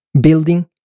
Building